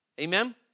Amen